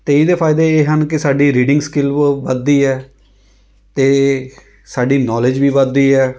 ਅਤੇ ਇਹਦੇ ਫਾਈਦੇ ਇਹ ਹਨ ਕਿ ਸਾਡੀ ਰੀਡਿੰਗ ਸਕਿੱਲ ਵ ਵਧਦੀ ਹੈ ਅਤੇ ਸਾਡੀ ਨੌਲੇਜ ਵੀ ਵਧਦੀ ਹੈ